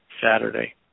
Saturday